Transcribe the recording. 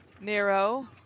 Nero